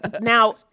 now